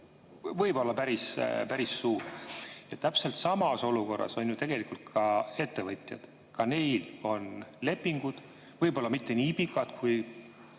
võib olla päris suur. Täpselt samas olukorras on ju tegelikult ka ettevõtjad, ka neil on lepingud, võib-olla mitte nii pikad kui